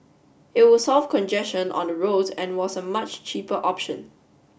it would solve congestion on the roads and was a much cheaper option